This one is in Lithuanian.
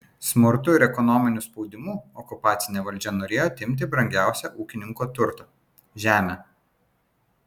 smurtu ir ekonominiu spaudimu okupacinė valdžia norėjo atimti brangiausią ūkininko turtą žemę